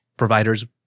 providers